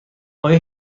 آیا